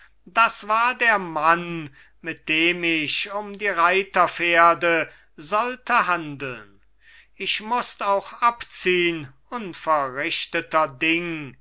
das war der mann mit dem ich um die reiterpferde sollte handeln ich mußt auch abziehn unverrichteter ding